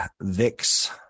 VIX